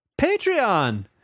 Patreon